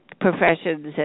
professions